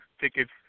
tickets